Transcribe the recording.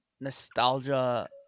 nostalgia